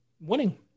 winning